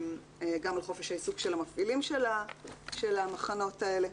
גם על חופש העיסוק של המפעילים של המחנות האלה.